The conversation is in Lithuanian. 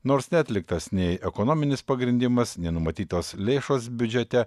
nors neatliktas nei ekonominis pagrindimas nenumatytos lėšos biudžete